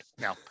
No